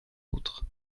autres